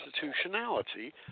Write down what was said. constitutionality